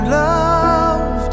love